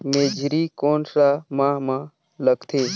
मेझरी कोन सा माह मां लगथे